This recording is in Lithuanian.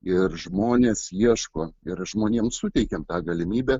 ir žmonės ieško ir žmonėms suteikiam tą galimybę